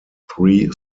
three